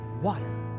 water